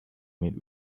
meet